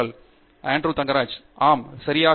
பேராசிரியர் ஆண்ட்ரூ தங்கராஜ் ஆம் சரியாக